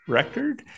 record